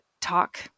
talk